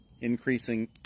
increasing